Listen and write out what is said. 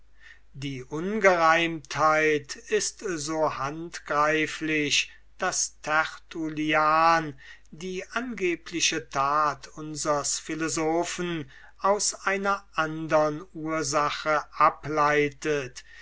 die ungereimtheit ist so handgreiflich daß tertullianus die angebliche tat unsers philosophen aus einer andern ursache ableitet